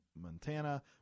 Montana